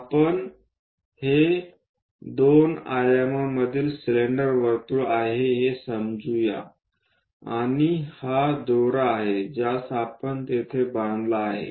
आपण हे दोन आयामांमधील सिलेंडर वर्तुळ आहे हे समजू या आणि हा दोरा आहे ज्यास आपण तेथे बांधला आहे